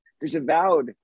disavowed